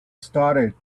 started